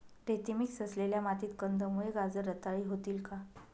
रेती मिक्स असलेल्या मातीत कंदमुळे, गाजर रताळी होतील का?